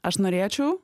aš norėčiau